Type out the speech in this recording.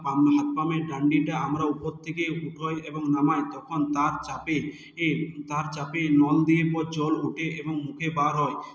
হাতপাম্পের ডান্ডিটা আমরা উপর থেকে ওঠাই এবং নামাই তখন তার চাপে এ তার চাপে নল দিয়ে পর জল ওঠে এবং মুখে বার হয়